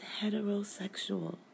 heterosexual